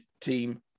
Team